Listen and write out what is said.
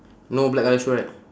no black colour shoe right